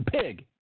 Pig